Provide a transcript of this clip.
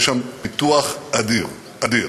יש שם פיתוח אדיר, אדיר.